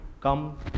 come